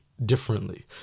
differently